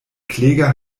kläger